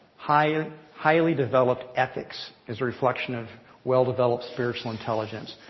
highly highly developed ethics is a reflection of well-developed spiritual intelligence,